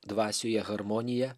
dvasioje harmoniją